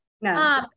no